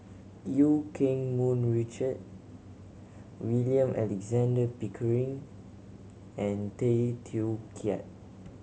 Eu Keng Mun Richard William Alexander Pickering and Tay Teow Kiat